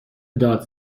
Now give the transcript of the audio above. داد